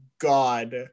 God